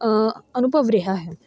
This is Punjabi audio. ਅਨੁਭਵ ਰਿਹਾ ਹੈ